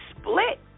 split